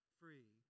free